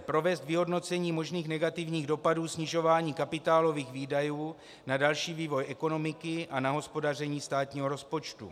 Provést vyhodnocení možných negativních dopadů snižování kapitálových výdajů na další vývoj ekonomiky a na hospodaření státního rozpočtu.